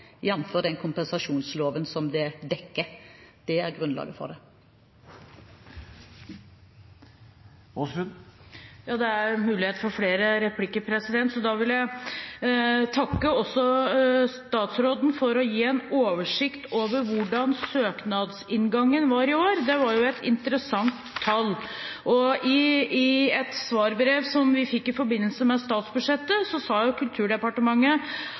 jf. den kompensasjonsloven som det dekker. Det er grunnlaget for det. Det er mulighet for flere replikker, så da vil jeg takke statsråden for å ha gitt en oversikt over hvordan søknadsinngangen var i år. Det var et interessant tall. Og i et svarbrev vi fikk i forbindelse med statsbudsjettet, sa Kulturdepartementet: